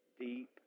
deep